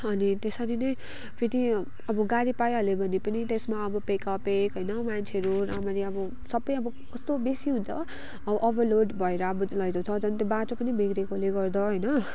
अनि त्यसरी नै फेरि अब गाडी पाइहाल्यो भने पनि त्यसमा अब पेकापेक होइन मान्छाेहरू राम्ररी अब सबै अब कस्तो बेसी हुन्छ ओभरलोड भएर त्यो बाटो पनि बिग्रिएकोले गर्दा होइन